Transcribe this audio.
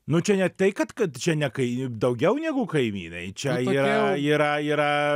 nu čia ne tai kad kad čia ne kai daugiau negu kaimynai čia yra yra yra